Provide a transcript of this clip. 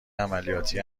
عملیاتی